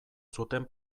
zuten